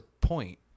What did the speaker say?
point